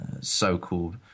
so-called